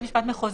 זה נכון,